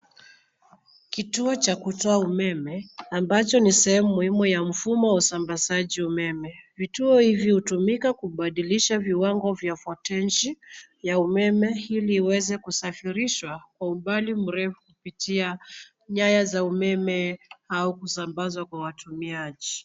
Kituo cha kutoa umeme, ambacho ni sehemu muhimu ya mfumo wa usambazaji umeme. Vituo hivi hutumika kubadilisha viwango vya volteji ya umeme ili iweze kusafirishwa kwa umbali mrefu kupitia nyaya za umeme au kusambazwa kwa watumiaji.